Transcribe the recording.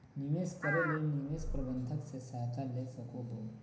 निवेश करे ले निवेश प्रबंधक से सहायता ले सको हो